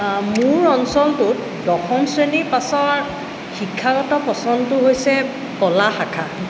অঁ মোৰ অঞ্চলটোত দশম শ্ৰেণীৰ পাছত শিক্ষাগত পচনটো হৈছে কলা শাখা